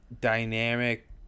dynamic